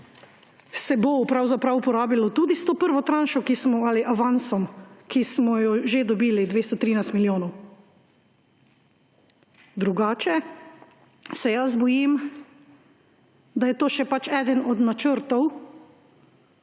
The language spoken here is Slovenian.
se bo pravzaprav porabilo tudi s to prvo tranšo ali avansom, ki smo ga že dobili, 213 milijonov. Drugače se bojim, da je to še eden od načrtov,